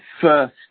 first